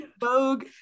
Vogue